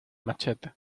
machete